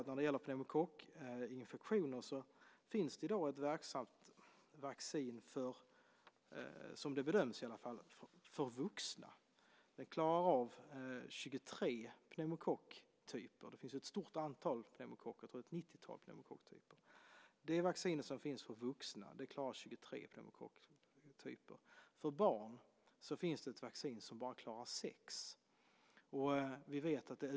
När det gäller pneumokockinfektioner finns det i dag, som det bedöms, ett verksamt vaccin för vuxna. Det klarar av 23 pneumokocktyper. Det finns ett stort antal pneumokocker. Jag tror att det är ett 90-tal pneumokocktyper. Det vaccin som finns för vuxna klarar 23 pneumokocktyper. För barn finns det ett vaccin som bara klarar sex typer.